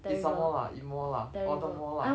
eat some more lah eat more lah order more lah